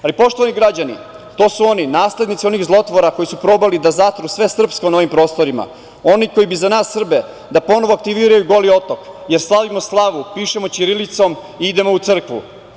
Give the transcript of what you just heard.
Poštovani građani, to su oni, naslednici onih zlotvora koji su probali da zatru sve srpsko na ovim prostorima, oni koji bi za nas Srbe da ponovo aktiviraju „Goli otok“, jer slavimo slavu, pišemo ćirilicom i idemo u crkvu.